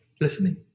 Listening